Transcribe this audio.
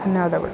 ಧನ್ಯವಾದಗಳು